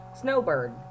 snowbird